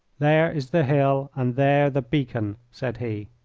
there is the hill and there the beacon, said he.